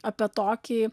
apie tokį